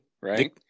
right